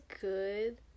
good